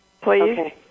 please